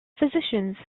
physicians